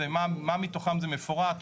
מה מתוכם זה מפורט,